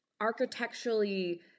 architecturally